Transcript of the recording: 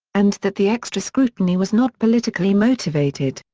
and that the extra scrutiny was not politically motivated,